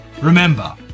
Remember